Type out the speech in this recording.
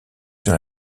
dans